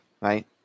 right